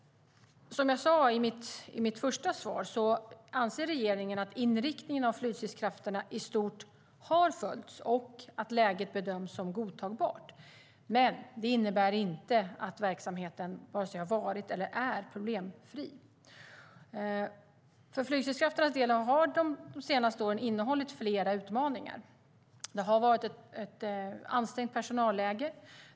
Som jag sade i mitt första svar anser regeringen att inriktningen av flygstridskrafterna i stort har följts och att läget bedöms som godtagbart. Men det innebär inte att verksamheten vare sig har varit eller är problemfri. För flygstridskrafternas del har de senaste åren innehållit flera utmaningar. Det har varit ett ansträngt personalläge.